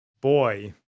boy